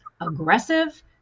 aggressive